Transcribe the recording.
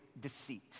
deceit